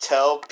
Tell